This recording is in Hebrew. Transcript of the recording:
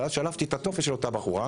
ואז שלחתי את הטופס של אותה בחורה,